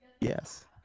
Yes